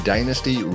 Dynasty